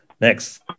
Next